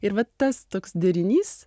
ir va tas toks derinys